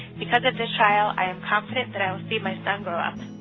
because of this trial, i am confident that i will see my son grow up.